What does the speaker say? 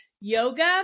yoga